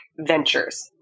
Ventures